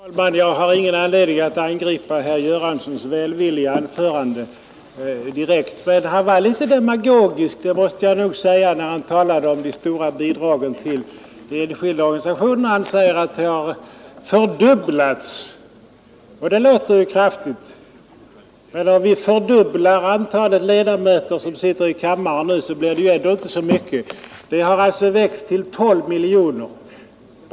Fru talman! Jag har ingen anledning att direkt angripa herr Göranssons välvilliga anförande, men jag måste nog säga, att han var litet demagogisk när han talade om de stora bidragen till de enskilda organisationerna. Han säger att dessa ”fördubblats”, vilket kan låta mycket. Men om vi fördubblar det antal ledamöter som nu sitter i kammaren, blir det ändå inte så många. Anslaget har alltså växt till 12 miljoner kronor.